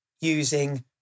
using